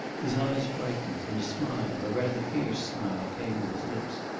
his eyes brightened, and a smile, a rather fierce smile, came to his lips.